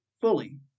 fully